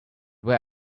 where